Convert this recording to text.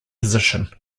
position